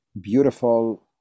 beautiful